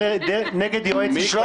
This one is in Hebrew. נגד יועץ משפטי.